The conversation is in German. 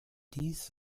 dies